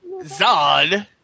Zod